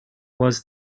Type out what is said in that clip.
was